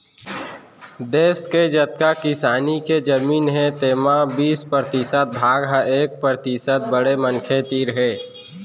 देस के जतका किसानी के जमीन हे तेमा के बीस परतिसत भाग ह एक परतिसत बड़े मनखे तीर हे